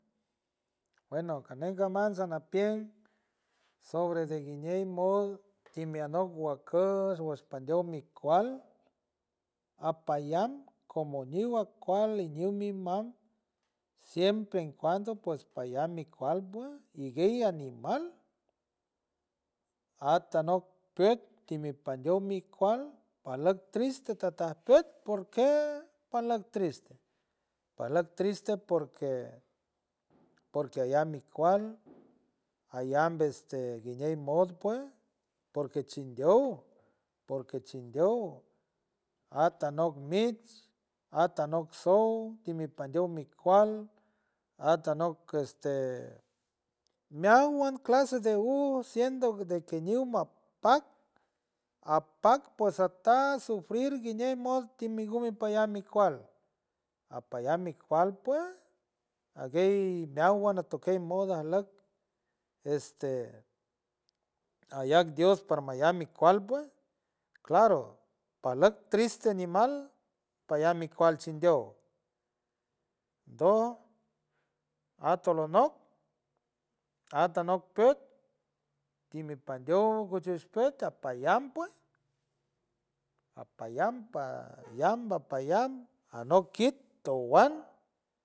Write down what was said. Bueno canen caman sanapien, sobre de guiñey mod timie anok wakush, wush pandiem mi kual, apayam como ñiw akual y ñiw ni mam, siempre en cuando ps payam mi kual pue iguey animal at anop püet, timi pandiow mi kual, pajlock triste tataj püet porque pajlack triste, pajlack triste porque porque ayam mi kual, ayam veste guiñe modo pues porque chindiow porque chindiow atanok mitch, atanok sow, timmi pandiow mi kual atanok este meawan clase de us siendo de que ñiw mapac, apac pues ata sufrir guiñe mod timi gume payar mi kual, apayam mi kual pue ajguey meawan atokey mod ajleck, este ayac dios parmayam mi kual, pue claro pajlock triste nimal payam mi kual chindiow, doj atolonoc atanok püet, timi pandiow guchis püet payam pue, apayam, payam, bapayam anok kit toan.